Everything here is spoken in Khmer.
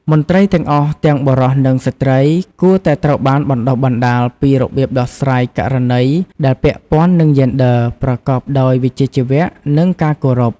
មន្ត្រីទាំងអស់ ទាំងបុរស និងស្ត្រី គួរតែត្រូវបានបណ្ដុះបណ្ដាលពី របៀបដោះស្រាយករណីដែលពាក់ព័ន្ធនឹងយេនឌ័រប្រកបដោយវិជ្ជាជីវៈ និងការគោរព។